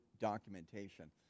documentation